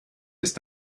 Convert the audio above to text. ist